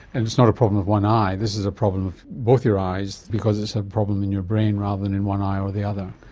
and it's not a problem of one eye, this is a problem of both your eyes because it's a problem in your brain rather than in one eye or the other.